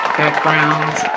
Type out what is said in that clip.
backgrounds